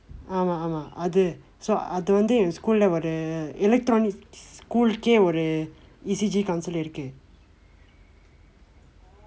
ஆமாம் ஆமாம் அது:aamaam aamaam athu so அது வந்து என்:athu vandthu en school have இல்ல ஒரு:illa oru electronic school கே ஒரு:ke oru E_C_G counsellor இருக்கு:irukku